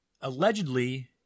allegedly